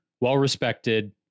well-respected